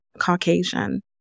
Caucasian